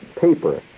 paper